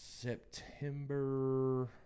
September